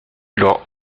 leur